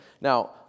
Now